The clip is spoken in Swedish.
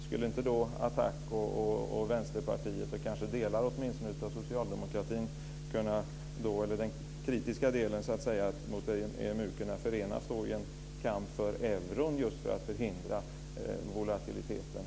Skulle inte då ATTAC och Vänsterpartiet och kanske den mot EMU kritiska delen av socialdemokratin kunna förenas i en kamp för euron just för att förhindra volatiliteten?